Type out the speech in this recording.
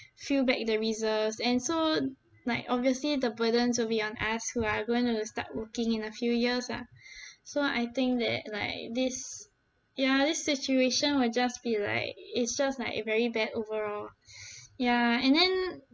fill back the reserves and so like obviously the burdens will be on us who are going to start working in a few years lah so I think that like this ya this situation will just be like it's just like it very bad overall ya and then